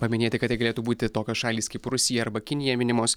paminėti kad tai galėtų būti tokios šalys kaip rusija arba kinija minimos